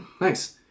Nice